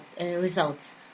results